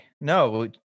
No